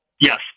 Yes